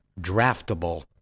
draftable